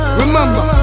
remember